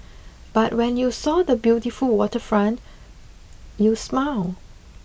but when you saw the beautiful waterfront you smiled